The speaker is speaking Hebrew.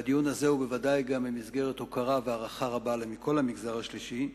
והדיון הזה הוא ודאי גם במסגרת הוקרה והערכה רבה לכל המגזר השלישי,